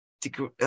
degree